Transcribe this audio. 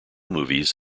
movies